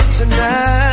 tonight